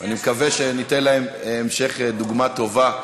אני מקווה שניתן להם המשך דוגמה טובה,